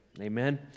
Amen